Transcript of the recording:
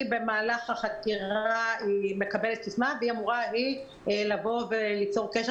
במהלך החקירה היא מקבלת סיסמה והיא אמורה ליצור קשר